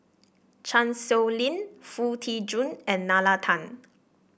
Chan Sow Lin Foo Tee Jun and Nalla Tan